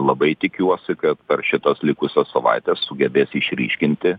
labai tikiuosi kad per šitas likusias savaites sugebės išryškinti